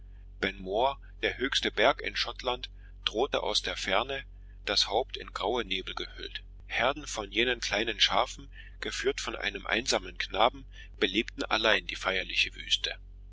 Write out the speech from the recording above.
der höchste berg in schottland drohte aus der ferne das haupt in graue nebel gehüllt herden von jenen kleinen schafen geführt von einem einsamen knaben belebten allein die feierliche wüste